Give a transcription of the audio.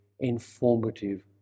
Informative